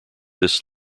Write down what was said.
this